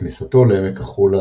בכניסתו לעמק החולה,